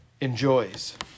enjoys